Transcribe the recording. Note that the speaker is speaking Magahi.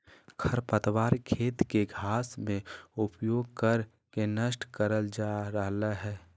खरपतवार खेत के घास में उपयोग कर के नष्ट करल जा रहल हई